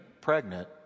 pregnant